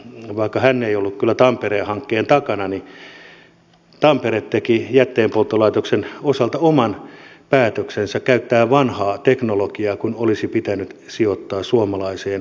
vaikka hän ei ollut kyllä tampereen hankkeen takana niin tampere teki jätteenpolttolaitoksen osalta oman päätöksensä käyttää vanhaa teknologiaa kun olisi pitänyt sijoittaa suomalaiseen parempaan teknologiaan